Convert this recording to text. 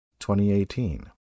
2018